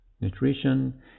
nutrition